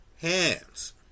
hands